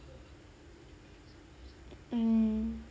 mm